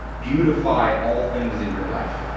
beautify all things in your life.